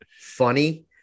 funny